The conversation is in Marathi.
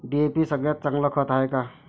डी.ए.पी सगळ्यात चांगलं खत हाये का?